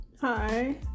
Hi